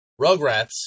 Rugrats